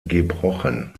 gebrochen